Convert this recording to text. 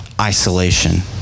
isolation